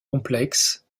complexes